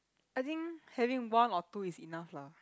I think having one or two is enough lah